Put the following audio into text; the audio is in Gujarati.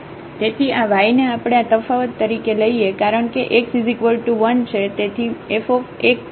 તેથી આ y ને આપણે આ તફાવત તરીકે લઈએ કારણ કે x1 છે તેથીf1Δx f1